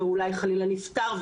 או אולי חלילה נפטר,